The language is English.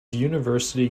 university